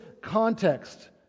context